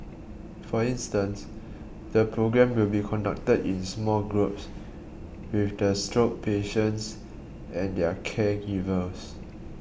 for instance the programme will be conducted in small groups with the stroke patients and their caregivers